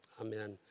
amen